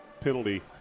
penalty